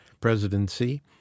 presidency